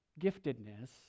giftedness